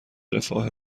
رفاه